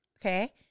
Okay